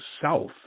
South